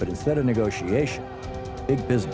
but instead of negotiation big business